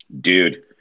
dude